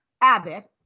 Abbott